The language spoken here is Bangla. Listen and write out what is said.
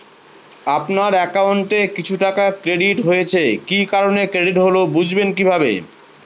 আপনার অ্যাকাউন্ট এ কিছু টাকা ক্রেডিট হয়েছে কি কারণে ক্রেডিট হল বুঝবেন কিভাবে?